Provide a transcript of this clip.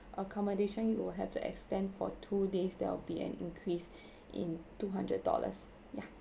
accommodation you will have to extend for two days there will be an increase in two hundred dollars yeah